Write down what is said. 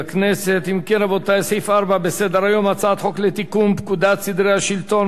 סעיף 4 בסדר-היום: הצעת חוק לתיקון פקודת סדרי השלטון והמשפט (מס'